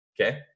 Okay